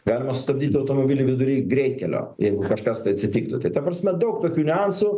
galima stabdyt automobilį vidury greitkelio jeigu kažkas tai atsitiktų tai ta prasme daug tokių niuansų